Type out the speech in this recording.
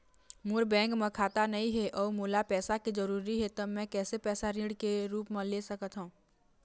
मोर bank म खाता नई हे अउ मोला पैसा के जरूरी हे त मे कैसे पैसा ऋण के रूप म ले सकत हो?